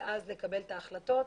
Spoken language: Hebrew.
ואז לקבל את ההחלטות.